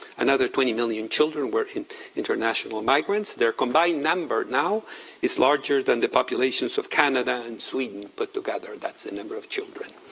another twenty million children were international migrants. their combined number now is larger than the populations of canada and sweden put together. that's the number of children.